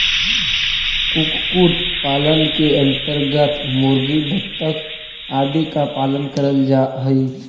कुक्कुट पालन के अन्तर्गत मुर्गी, बतख आदि का पालन करल जा हई